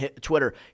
Twitter